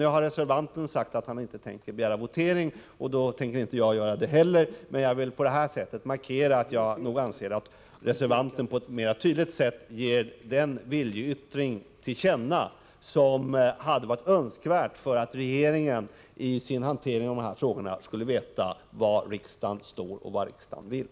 Nu har reservanten sagt att han inte tänker begära votering, och då tänker inte jag göra det heller. Men jag vill på detta vis markera att jag anser att reservanten på ett mera tydligt sätt ger den viljeyttring till känna som hade varit önskvärd för att regeringen i sin hantering av dessa frågor skulle veta var riksdagen står och vad riksdagen vill.